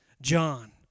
John